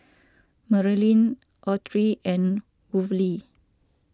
Merilyn Autry and Worley